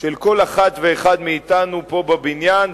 של כל אחת ואחד מאתנו פה בבניין,